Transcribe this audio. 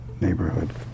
neighborhood